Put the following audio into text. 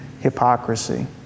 hypocrisy